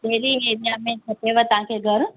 कहिड़ी एरिया में खपेव तव्हांखे घरु